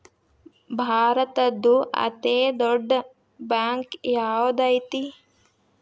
ಭಾರತದ್ದು ಅತೇ ದೊಡ್ಡ್ ಬ್ಯಾಂಕ್ ಯಾವ್ದದೈತಿ?